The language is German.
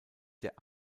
der